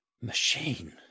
machine